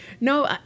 no